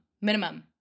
Minimum